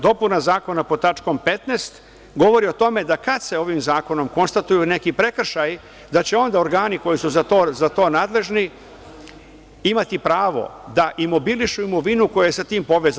Dopuna zakona pod tačkom 15, govori o tome da kada se ovim zakonom konstatuju neki prekršaji, da će onda organi koji su za to nadležni imati pravo da imobilišu imovinu koja je sa tim povezana.